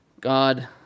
God